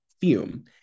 Fume